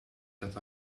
that